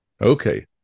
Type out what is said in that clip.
Okay